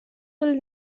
will